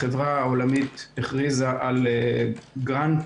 החברה העולמית הכריזה על גרנטים,